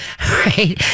Right